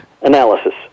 analysis